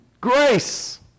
Grace